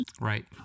Right